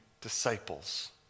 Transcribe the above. disciples